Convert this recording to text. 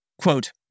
Quote